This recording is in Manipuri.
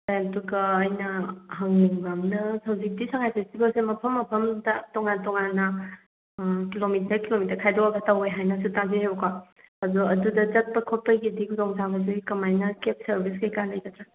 ꯑꯗꯨꯒ ꯑꯩꯅ ꯍꯪꯅꯤꯡꯕ ꯑꯃꯅ ꯍꯧꯖꯤꯛꯇꯤ ꯁꯉꯥꯏ ꯐꯦꯁꯇꯤꯕꯦꯜꯁꯦ ꯃꯐꯝ ꯃꯐꯝꯗ ꯇꯣꯉꯥꯟ ꯇꯣꯉꯥꯟꯅ ꯀꯤꯂꯣꯃꯤꯇꯔ ꯀꯤꯂꯣꯃꯤꯇꯔ ꯈꯥꯏꯗꯣꯛꯑꯒ ꯇꯧꯋꯦ ꯍꯥꯏꯅꯁꯨ ꯇꯥꯖꯩꯑꯕꯀꯣ ꯑꯗꯣ ꯑꯗꯨꯗ ꯆꯠꯄ ꯈꯣꯠꯄꯒꯤꯗꯤ ꯈꯨꯗꯣꯡꯆꯥꯕꯁꯦ ꯀꯃꯥꯏꯅ ꯀꯦꯕ ꯁꯔꯕꯤꯁ ꯀꯩꯀꯥ ꯂꯩꯒꯗ꯭ꯔꯥ